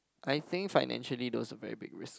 I think financially those are very big risk